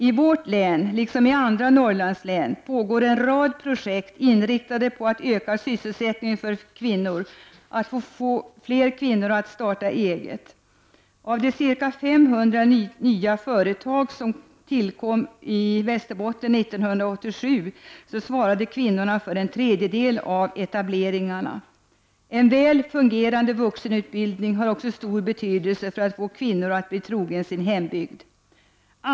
I vårt län, liksom i andra Norrlandslän, pågår en rad projekt inriktade på att öka sysselsättningen för kvinnor och att få fler kvinnor att starta eget. Av de ca 500 nya företag som tillkom i Västerbotten 1987 svarade kvinnorna för en tredjedel av etableringarna. En väl fungerande vuxenutbildning har också stor betydelse för att få kvinnor att bli trogna sin hembygd.